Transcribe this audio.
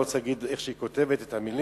אני לא רוצה להגיד איך שהיא כותבת את המלים.